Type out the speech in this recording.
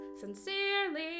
Sincerely